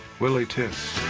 willie too.